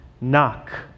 Knock